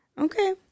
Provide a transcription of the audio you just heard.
Okay